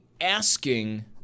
asking